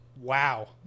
Wow